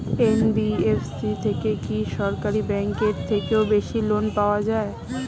NBFC থেকে কি সরকারি ব্যাংক এর থেকেও বেশি লোন পাওয়া যায়?